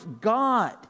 God